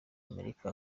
amerika